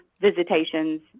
visitations